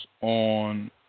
on